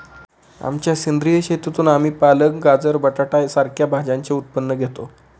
आमच्या सेंद्रिय शेतीतून आम्ही पालक, गाजर, बटाटा सारख्या भाज्यांचे उत्पन्न घेतो